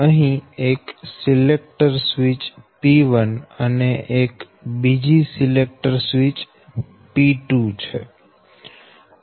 અહી એક selector switch P1 અને એક બીજી સિલેક્ટર સ્વીચ P2 છે